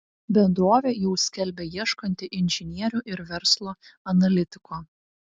bendrovė jau skelbia ieškanti inžinierių ir verslo analitiko